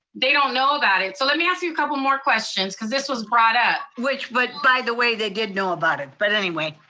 they don't know about it. so let me ask you a couple more questions, cause this was brought up. which but by the way, they did know about it, but anyway.